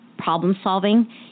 problem-solving